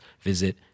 visit